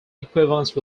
equivalence